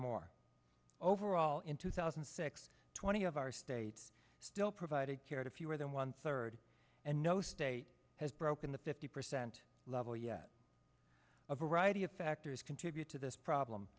more overall in two thousand and six twenty of our states still provided care to fewer than one third and no state has broken the fifty percent level yet a variety of factors contribute to this problem